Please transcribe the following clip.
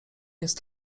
jest